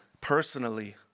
personally